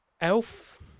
Elf